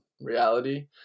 reality